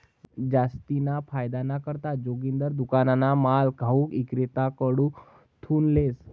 जास्तीना फायदाना करता जोगिंदर दुकानना माल घाऊक इक्रेताकडथून लेस